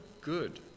good